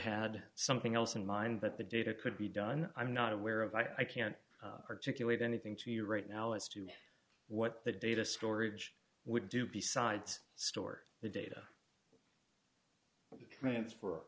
had something else in mind but the data could be done i'm not aware of i can't articulate anything to you right now as to what the data storage would do besides store the data transfer